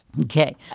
Okay